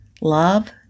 Love